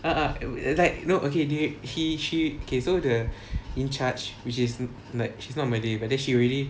ah ah like you know okay they he she okay so the in charge which is like she's not malay but then she already